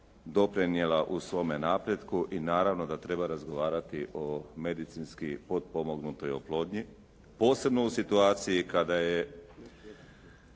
doprinijela u svome napretku i naravno da treba razgovarati o medicinski potpomognutoj oplodnji, posebno u situaciji kada je